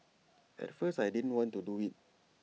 at first I didn't want to do IT